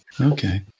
okay